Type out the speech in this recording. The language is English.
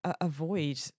avoid